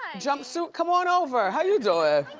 jumpsuit, come on over, how you doin'?